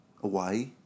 Hawaii